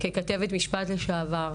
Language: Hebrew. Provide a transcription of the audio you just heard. ככתבת משפט לשעבר,